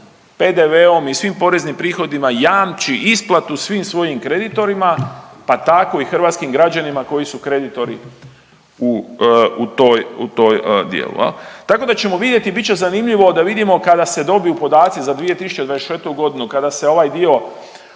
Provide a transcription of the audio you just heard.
PDV-om i svim poreznim prihodima, jamči isplatu svim svojim kreditorima, pa tako i hrvatskim građanima koji su kreditori u, u toj, u toj dijelu jel. Tako da ćemo vidjeti, bit će zanimljivo da vidimo kada se dobiju podaci za 2024.g. kada se ovaj dio,